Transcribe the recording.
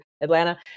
Atlanta